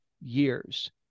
years